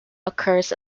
occurs